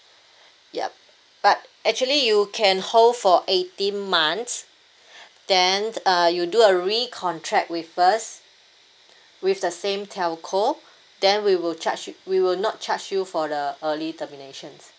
yup but actually you can hold for eighteen months then uh you do a recontract with us with the same telco then we will charge you we will not charge you for the early termination